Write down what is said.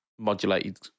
modulated